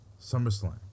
SummerSlam